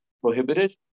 prohibited